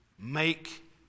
make